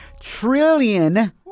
trillion